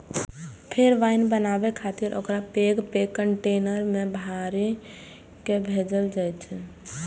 फेर वाइन बनाबै खातिर ओकरा पैघ पैघ कंटेनर मे भरि कें भेजल जाइ छै